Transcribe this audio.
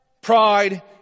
Pride